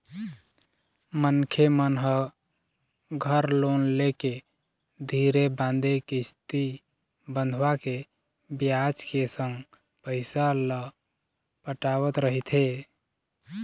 मनखे मन ह घर लोन लेके धीरे बांधे किस्ती बंधवाके बियाज के संग पइसा ल पटावत रहिथे